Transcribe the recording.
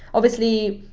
obviously,